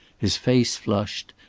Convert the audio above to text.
his face flushed,